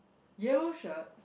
yellow shirt